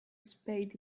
spade